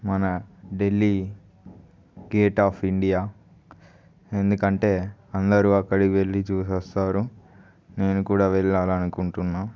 మన Delhi gate of India ఎందుకంటే అందరూ అక్కడికి వెళ్ళి చుసొస్తూ ఉంటారు నేనుకూడా వెళ్ళాలనుకుంటున్నా